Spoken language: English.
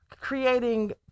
creating